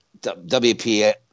WPA